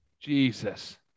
Jesus